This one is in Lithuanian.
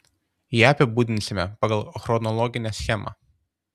ją apibūdinsime pagal chronologinę schemą